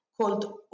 called